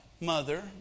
mother